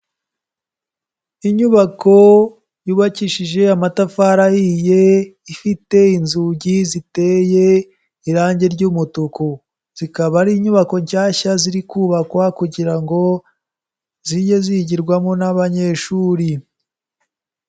Inyubako yubakishije amatafari ahiye ifite inzugi ziteye irange ry'umutuku, zikaba ari inyubako nshyashya ziri kubakwa kugira ngo zijye zigirwamo n'abanyeshuri.